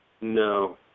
no